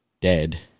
dead